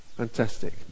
Fantastic